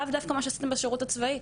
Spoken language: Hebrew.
לאו דווקא מה שעשיתן בשירות הצבאי,